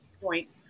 point